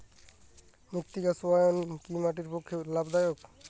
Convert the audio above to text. মৃত্তিকা সৌরায়ন কি মাটির পক্ষে লাভদায়ক?